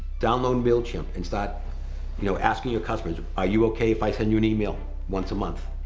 download mailchimp and start you know asking your customers, are you okay if i send you an email once a month?